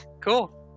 Cool